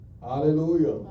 Hallelujah